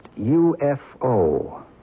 UFO